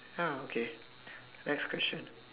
ah okay next question